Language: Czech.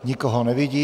Nikoho nevidím.